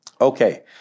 Okay